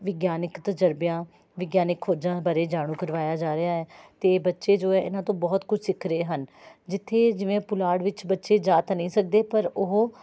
ਵਿਗਿਆਨਕ ਤਜਰਬਿਆਂ ਵਿਗਿਆਨਕ ਖੋਜਾਂ ਬਾਰੇ ਜਾਣੂ ਕਰਵਾਇਆ ਜਾ ਰਿਹਾ ਹੈ ਅਤੇ ਬੱਚੇ ਜੋ ਹੈ ਇਹਨਾਂ ਤੋਂ ਬਹੁਤ ਕੁਝ ਸਿੱਖ ਰਹੇ ਹਨ ਜਿੱਥੇ ਜਿਵੇਂ ਪੁਲਾੜ ਵਿੱਚ ਬੱਚੇ ਜਾ ਤਾਂ ਨਹੀਂ ਸਕਦੇ ਪਰ ਉਹ